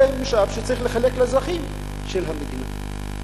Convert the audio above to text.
זה משאב שצריך לחלק לאזרחים של המדינה.